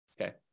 Okay